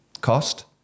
cost